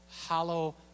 hollow